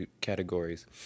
categories